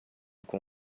com